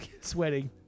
Sweating